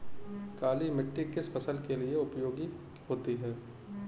काली मिट्टी किस फसल के लिए उपयोगी होती है?